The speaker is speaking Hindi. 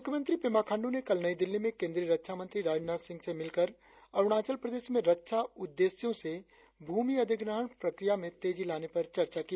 मुख्यमंत्री पेमा खांडू ने कल नई दिल्ली में केंद्रीय रक्षामंत्री राजनाथ सिंह से मिलकर अरुणाचल प्रदेश में रक्षा उद्देश्य से भूमि अधिग्रहण प्रक्रिया में तेजी लाने पर चर्चा की